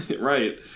Right